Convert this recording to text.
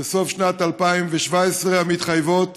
בסוף שנת 2017 המתחייבות